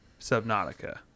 Subnautica